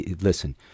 listen